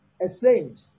explained